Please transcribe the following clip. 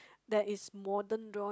that is modern drawing